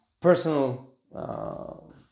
Personal